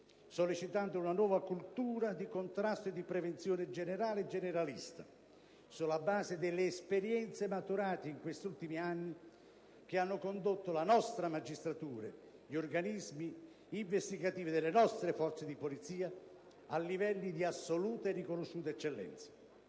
sollecitando una nuova cultura di contrasto e di prevenzione generale e generalista, sulla base delle esperienze maturate in questi ultimi anni, che hanno condotto la nostra magistratura, gli organismi investigativi delle nostre forze di polizia a livelli di assoluta e riconosciuta eccellenza.